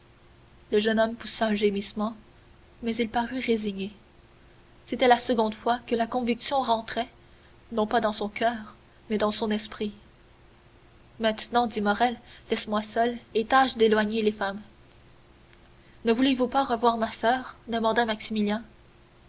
le jeune homme poussa un gémissement mais il parut résigné c'était la seconde fois que la conviction rentrait non pas dans son coeur mais dans son esprit et maintenant dit morrel laisse-moi seul et tâche d'éloigner les femmes ne voulez-vous pas revoir ma soeur demanda